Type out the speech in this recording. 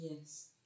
Yes